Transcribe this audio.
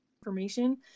information